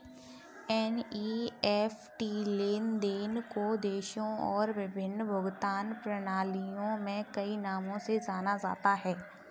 NEFT लेन देन को देशों और विभिन्न भुगतान प्रणालियों में कई नामों से जाना जाता है